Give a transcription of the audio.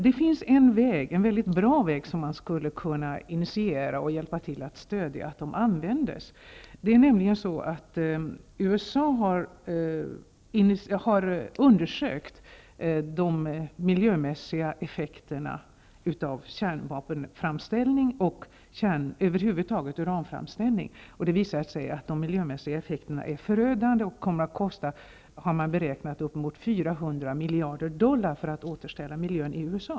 Det finns en bra väg som skulle kunna initieras och ges stöd så att den används. I USA har man undersökt miljömässiga effekter av kärnvapenframställning och över huvud taget uranframställning. Det har visat sig att de miljömässiga effekterna är förödande, och man har beräknat att det kommer att kosta ca 400 miljarder dollar för att återställa miljön i USA.